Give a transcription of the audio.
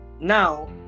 now